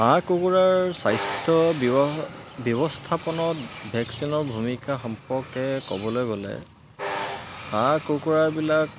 হাঁহ কুকুৰাৰ স্বাস্থ্য ব্যৱহা ব্যৱস্থাপনত ভেকচিনৰ ভূমিকা সম্পৰ্কে ক'বলৈ গ'লে হাঁহ কুকুৰাবিলাক